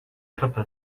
kropel